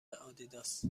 آدیداس